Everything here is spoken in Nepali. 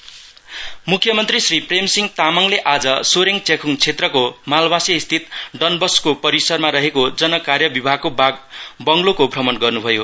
सीएम सोरेङ मुख्यमन्त्री श्री प्रेमसिंह तामाङले आज सोरेङ च्याखुङ क्षेत्रको मालबाँसेस्थित डनबसको परिसरमा रहेको जन कार्य विभागको बङ्गलोको भ्रमण गर्न्भयो